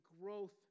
growth